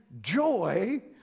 joy